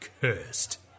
cursed